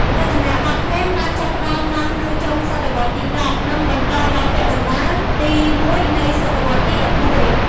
រចនាបថឃ្លាំងបានចាប់ផ្តើមឡើងនៅចុងសតវត្សរ៍ទី១០ និងបន្តដល់ពាក់កណ្តាលទី១នៃសតវត្សរ៍ទី១១។